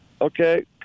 Okay